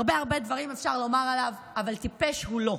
הרבה הרבה דברים אפשר לומר עליו, אבל טיפש הוא לא.